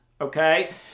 okay